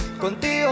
Contigo